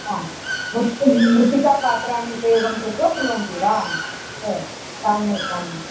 आम् मृत्तिका पात्राणि उपयोगं कृत्वा कुर्वन्ति वा ओ सम्यक् सम्